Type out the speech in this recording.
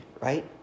right